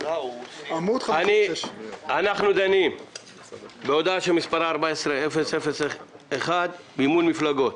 הודעה מס' 14-001, מימון מפלגות.